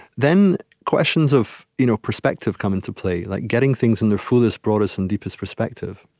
then, questions of you know perspective come into play, like getting things in their fullest, broadest, and deepest perspective